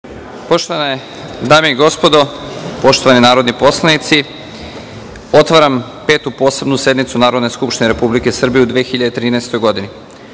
Poštovane dame i gospodo, poštovani narodni poslanici, otvaram Petu posebnu sednicu Narodne skupštine Republike Srbije u 2013. godini. Ovu